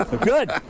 Good